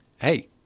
hey